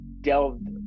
delved